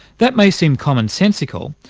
that may seem commonsensical,